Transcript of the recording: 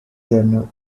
journal